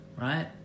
right